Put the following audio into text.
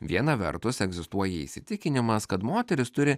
viena vertus egzistuoja įsitikinimas kad moterys turi